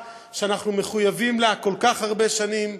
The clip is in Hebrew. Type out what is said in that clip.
שאנחנו מחויבים לה כל כך הרבה שנים,